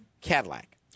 Cadillac